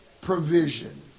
provision